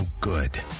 good